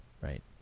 right